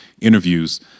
interviews